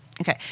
Okay